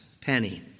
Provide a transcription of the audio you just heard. penny